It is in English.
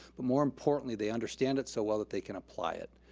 but more importantly, they understand it so well that they can apply it.